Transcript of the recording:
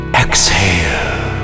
exhale